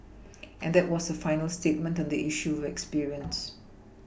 and that was their final statement on the issue of experience